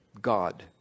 God